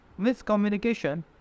miscommunication